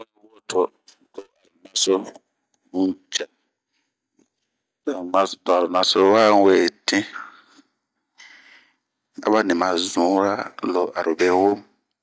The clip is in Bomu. Bunh yi wo to aro naso n'cɛ ,to a ro naso wa n'we tinh ,aba ni ma zumu lo arobe womu.